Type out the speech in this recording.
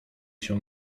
się